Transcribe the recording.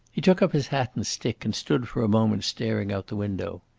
he took up his hat and stick, and stood for a moment staring out the window.